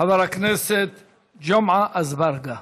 חבר הכנסת ג'מעה אזברגה.